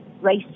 race